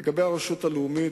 לגבי הרשות הלאומית,